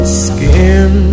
skin